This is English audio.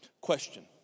Question